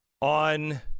on